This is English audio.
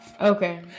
Okay